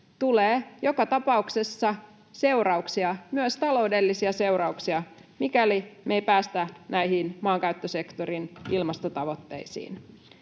tulee joka tapauksessa seurauksia, myös taloudellisia seurauksia, mikäli me ei päästä näihin maankäyttösektorin ilmastotavoitteisiin.